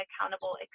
accountable